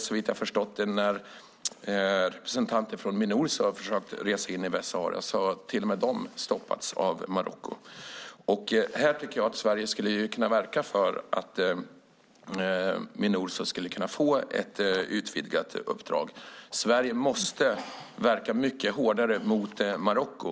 Såvitt jag har förstått det har till och med representanter för Minurso som försökt att resa in i området stoppats. Här tycker jag att Sverige skulle kunna verka för att Minurso får ett utvidgat uppdrag. Sverige måste verka mycket hårdare mot Marocko.